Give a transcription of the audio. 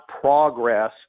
progress